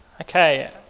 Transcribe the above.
Okay